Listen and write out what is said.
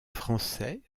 français